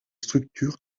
structures